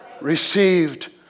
received